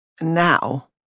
Now